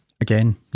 Again